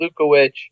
Lukowicz